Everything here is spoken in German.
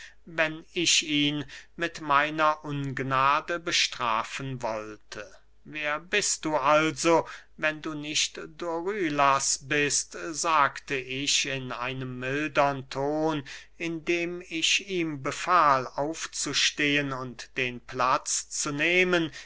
wenn ich ihn mit meiner ungnade bestrafen wollte wer bist du also wenn du nicht dorylas bist sagte ich in einem mildern ton indem ich ihm befahl aufzustehen und den platz zu nehmen